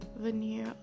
veneer